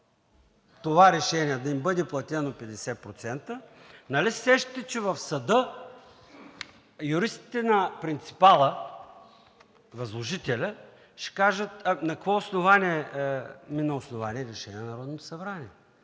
това решение да им бъде платено 50%, нали се сещате, че в съда юристите на принципала, възложителя, ще кажат: „На какво основание?“ „Ами на основание решение на Народното събрание.“